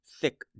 Thick